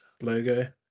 logo